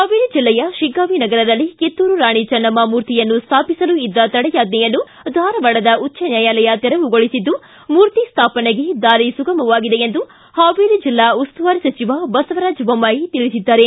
ಹಾವೇರಿ ಜಿಲ್ಲೆಯ ಶಿಗ್ಗಾಂವಿ ನಗರದಲ್ಲಿ ಕಿತ್ತೂರು ರಾಣಿ ಚೆನ್ನಮ್ಮ ಮೂರ್ತಿಯನ್ನು ಸ್ಥಾಪಿಸಲು ಇದ್ದ ತಡೆಯಾಜ್ಜೆಯನ್ನು ಧಾರವಾಡದ ಉಜ್ದನ್ಯಾಯಲಯ ತೆರವುಗೊಳಿಸಿದ್ದು ಮೂರ್ತಿ ಸ್ಥಾಪನೆಗೆ ದಾರಿ ಸುಗಮವಾಗಿದೆ ಎಂದು ಹಾವೇರಿ ಜಿಲ್ಲಾ ಉಸ್ತುವಾರಿ ಸಚಿವ ಬಸವರಾಜ ಬೊಮ್ಬಾಯಿ ತಿಳಿಸಿದ್ದಾರೆ